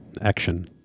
Action